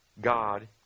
God